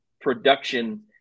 production